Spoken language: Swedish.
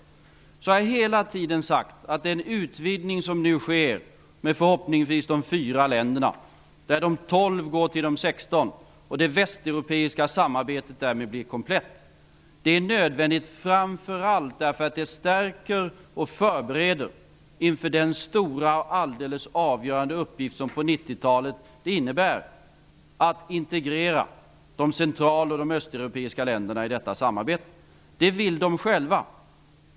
Han kan se att jag hela tiden har sagt att den utvidgning som nu förhoppningsvis sker med fyra länder, där de 12 länderna blir 16 och det västeuropeiska samarbetet därmed blir komplett, är nödvändigt framför allt därför att det stärker och förbereder inför den stora och alldeles avgörande uppgift som på 90-talet innebär att integrera de central och östeuropeiska länderna i detta samarbete. Det vill de själva.